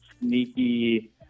sneaky